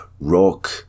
rock